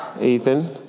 Ethan